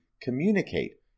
communicate